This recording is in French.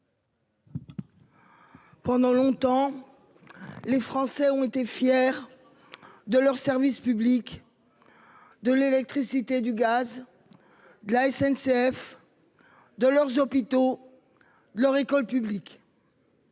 Pendant longtemps, les Français ont été fiers de leurs services publics de l'électricité et du gaz, de la SNCF, de leurs hôpitaux et de leur école publique.